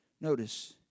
Notice